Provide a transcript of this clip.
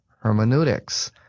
hermeneutics